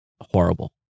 horrible